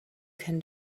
can